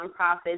nonprofits